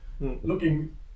Looking